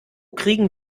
kriegen